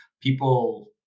people